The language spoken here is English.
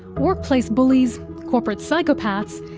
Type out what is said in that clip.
workplace bullies, corporate psychopaths,